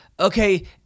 Okay